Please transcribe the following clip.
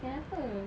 kenapa